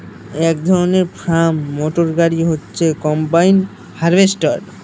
এক ধরনের farm motor গাড়ি হচ্ছে কম্বাইন হার্ভেস্টর